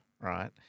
right